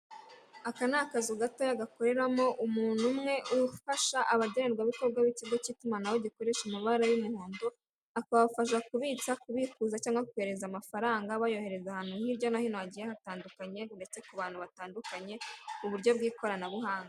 Aka ni akazu gatoya gakoreramo umuntu umwe, ufasha abagenerwabikorwa b'ikigo k'itumanaho gikoresha amabara y'umuhondo, akabafasha kubitsa, kubikuza cyangwa kohereza amafaranga bayohereza ahanti hirya no hino hagiye hatandukanye ndetse ku bantu batandukanye, mu buryo bwikoranabuhanga.